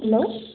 hello